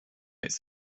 its